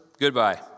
goodbye